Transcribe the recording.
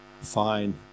Fine